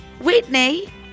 Whitney